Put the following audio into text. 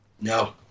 No